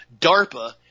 DARPA